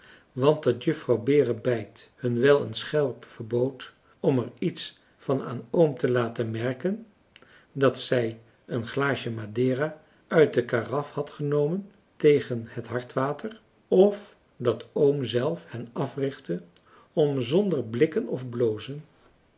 dat juffrouw berebijt hun wel eens scherp verbood om er iets van aan oom te laten merken dat zij een glaasje madera uit de karaf had genomen tegen het hartwater of dat oom zelf hen africhtte om zonder blikken françois haverschmidt familie en kennissen of blozen